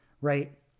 right